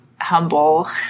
humble